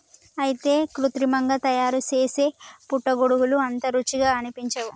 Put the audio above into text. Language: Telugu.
అయితే కృత్రిమంగా తయారుసేసే పుట్టగొడుగులు అంత రుచిగా అనిపించవు